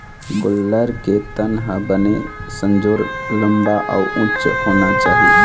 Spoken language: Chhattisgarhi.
गोल्लर के तन ह बने संजोर, लंबा अउ उच्च होना चाही